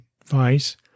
advice